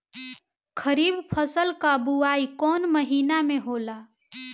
खरीफ फसल क बुवाई कौन महीना में होला?